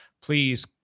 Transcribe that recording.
please